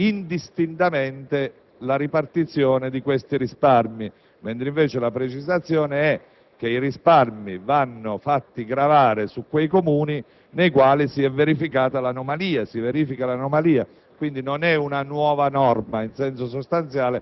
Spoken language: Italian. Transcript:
pone a carico dei Comuni indistintamente la ripartizione dei risparmi, mentre invece la precisazione è che i risparmi vanno fatti gravare su quei Comuni nei quali si verifica l'anomalia. Quindi, non